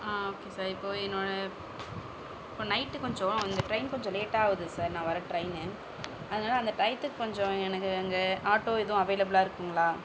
okay sir இப்போது என்னோடய இப்போ நைட்டு கொஞ்சம் இந்த டிரெயின் கொஞ்சம் லேட்டாக ஆகுது சார் நான் வர்ற டிரெயின் அதனால அந்த டைத்துக்கு கொஞ்சம் எனக்கு அங்கே ஆட்டோ எதுவும் அவைலபுல்லாக இருக்குங்களா